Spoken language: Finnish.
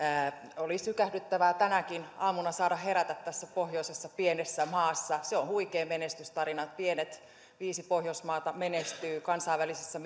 oli sykähdyttävää tänäkin aamuna saada herätä tässä pohjoisessa pienessä maassa se on huikea menestystarina että viisi pientä pohjoismaata menestyvät kansainvälisissä